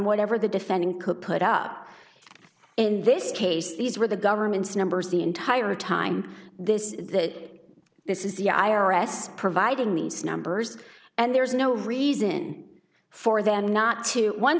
whatever the defending could put up in this case these were the government's numbers the entire time this that this is the i r s providing these numbers and there is no reason for them not to on